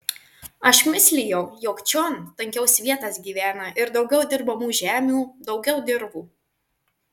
aš mislijau jog čion tankiau svietas gyvena ir daugiau dirbamų žemių daugiau dirvų